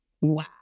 Wow